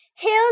Hills